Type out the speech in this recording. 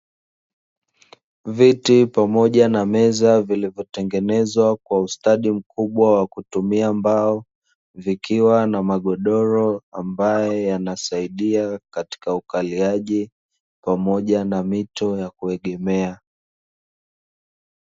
Viti pamoja na meza vilivyotengenezwa kwa ustadi mkubwa wa kutumia mbao, vikiwa na magodoro ambayo yanasaidia katika ukaliaji, pamoja na mito ya kuegemea.